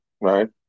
right